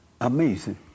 Amazing